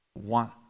want